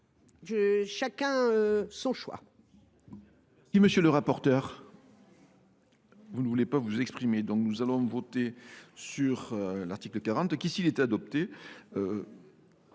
chacun son choix